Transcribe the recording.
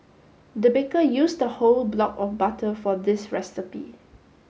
the baker used a whole block of butter for this recipe